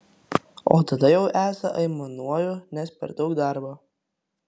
o tada jau esą aimanuoju nes per daug darbo